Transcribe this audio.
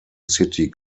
city